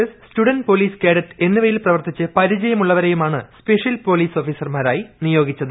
S student police cadet എന്നിവയിൽ പ്രവർത്തിച്ച് പരിചയം ്ഉള്ളവരെയുമാണ് സ്പെഷ്യൽ പോലീസ് ഓഫീസർമാരായി നിയോഗിച്ചത്